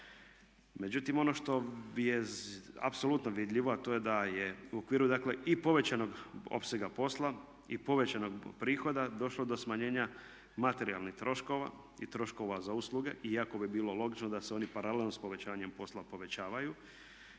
Međutim, ono što je apsolutno vidljivo, a to je da je u okviru dakle i povećanog opsega posla i povećanog prihoda došlo do smanjenja materijalnih troškova i troškova za usluge iako bi bilo logično da se oni paralelno s povećanjem posla povećavaju